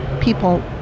people